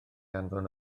anfon